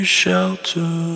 shelter